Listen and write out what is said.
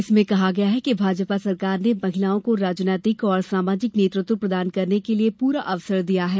इसमें कहा गया है कि भाजपा सरकार ने महिलाओं को राजनैतिक और सामाजिक नेतृत्व प्रदान करने के लिए पूरा अवसर दिया है